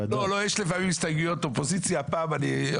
לפעמים יש הסתייגויות אופוזיציה, אבל לא הפעם.